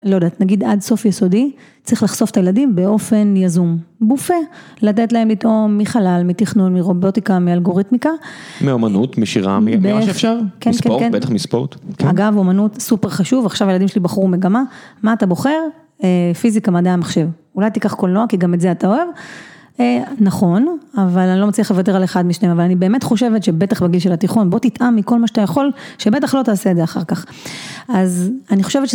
לא יודעת, נגיד עד סוף יסודי, צריך לחשוף את הילדים באופן יזום, בופה, לדעת להם לטעום מחלל, מתכנון, מרובוטיקה, מאלגוריתמיקה. מאומנות, משירה, ממה שאפשר, מספורט, בטח מספורט. אגב, אומנות סופר חשוב, עכשיו הילדים שלי בחרו מגמה, מה אתה בוחר? פיזיקה, מדעי המחשב. אולי תיקח קולנוע, כי גם את זה אתה אוהב. נכון, אבל אני לא מצליח לוותר על אחד משניהם, אבל אני באמת חושבת שבטח בגיל של התיכון, בוא תטעם מכל מה שאתה יכול, שבטח לא תעשה את זה אחר כך.